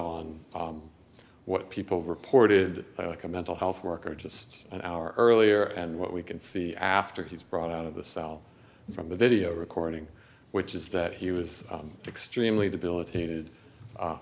on what people reported like a mental health worker just an hour earlier and what we can see after he's brought out of the cell from the video recording which is that he was extremely debilitated